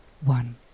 one